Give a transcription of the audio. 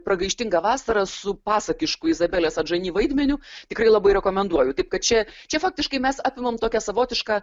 pragaištinga vasara su pasakišku izabelės adžani vaidmeniu tikrai labai rekomenduoju taip kad čia čia faktiškai mes apimam tokią savotišką